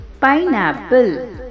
pineapple